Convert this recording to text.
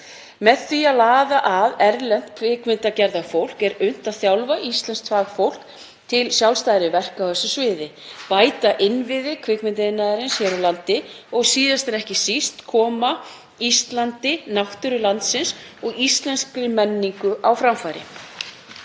Með því að laða að erlent kvikmyndagerðarfólk er unnt að þjálfa íslenskt fagfólk til sjálfstæðari verka á þessu sviði, bæta innviði kvikmyndaiðnaðarins hér á landi og síðast en ekki síst koma Íslandi, náttúru landsins og íslenskri menningu á framfæri.